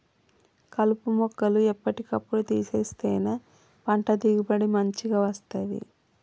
కలుపు మొక్కలు ఎప్పటి కప్పుడు తీసేస్తేనే పంట దిగుబడి మంచిగ వస్తది